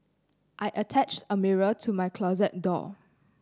I attached a mirror to my closet door